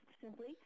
simply